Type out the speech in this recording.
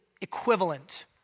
equivalent